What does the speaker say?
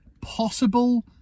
possible